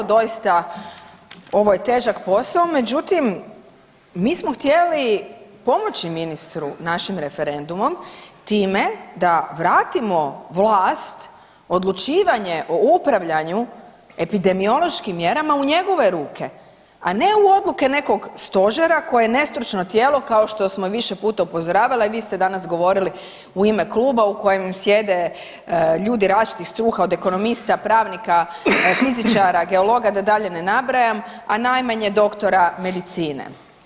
Doista ovo je težak posao, međutim mi smo htjeli pomoći ministru našim referendumom time da vratimo vlast, odlučivanje o upravljanju epidemiološkim mjerama u njegove ruke, a ne u odluke nekog Stožera koje je nestručno tijelo kao što smo više puta upozoravali, a i vi ste danas govorili u ime kluba u kojem sjede ljudi različitih struka od ekonomista, pravnika, fizičara, geologa da dalje ne nabrajam a najmanje doktora medicine.